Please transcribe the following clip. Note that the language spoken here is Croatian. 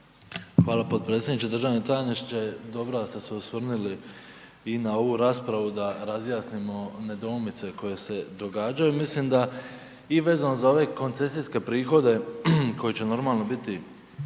Hvala potpredsjedniče. Državni tajniče, dobro da ste se osvrnuli i na ovu raspravu da razjasnimo nedoumice koje se događaju, mislim da i vezano za ove koncesijske prihode koji će normalno biti